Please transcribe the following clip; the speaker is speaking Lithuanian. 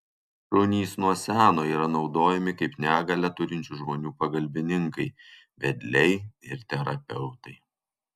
šunys nuo seno yra naudojami kaip negalią turinčių žmonių pagalbininkai vedliai ir terapeutai